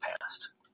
past